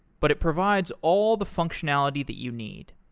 but it provides all the functionality that you need.